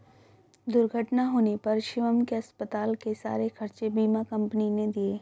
दुर्घटना होने पर शिवम के अस्पताल के सारे खर्चे बीमा कंपनी ने दिए